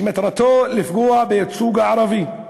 שמטרתה לפגוע בייצוג הערבי,